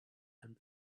and